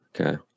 Okay